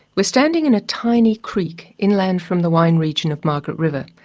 we're standing in a tiny creek inland from the wine region of margaret river,